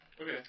Okay